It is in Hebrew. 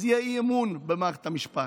אז יהיה אי-אמון במערכת המשפט,